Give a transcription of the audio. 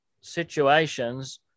situations